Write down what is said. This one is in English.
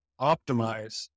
optimize